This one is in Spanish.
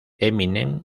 eminem